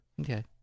Okay